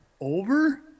over